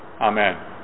Amen